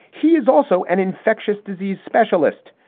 he is also an infectious disease specialist.